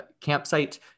campsite